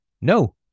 No